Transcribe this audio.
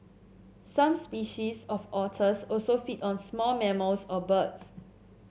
some species of otters also feed on small mammals or birds